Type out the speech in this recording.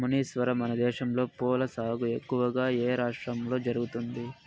మునీశ్వర, మనదేశంలో పూల సాగు ఎక్కువగా ఏ రాష్ట్రంలో జరుగుతుంది